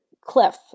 cliff